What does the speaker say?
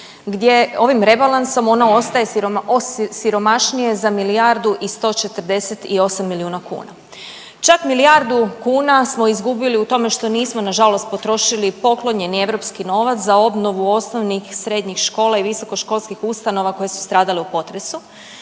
gdje ovim rebalansom ono ostaje siromašnije za milijardu i 148 milijuna kuna. Čak milijardu kuna smo izgubili u tome što nismo nažalost potrošili poklonjeni europski novac za obnovu osnovnih i srednjih škola i visokoškolskih ustanova koje su stradale u potresu.